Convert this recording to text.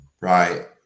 Right